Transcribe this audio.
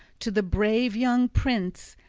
to the brave young prince,